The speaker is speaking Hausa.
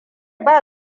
ba